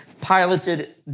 piloted